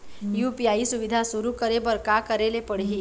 UPI सुविधा शुरू करे बर का करे ले पड़ही?